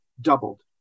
doubled